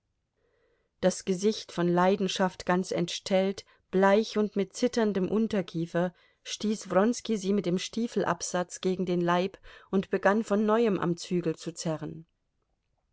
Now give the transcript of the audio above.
das gesicht von leidenschaft ganz entstellt bleich und mit zitterndem unterkiefer stieß wronski sie mit dem stiefelabsatz gegen den leib und begann von neuem am zügel zu zerren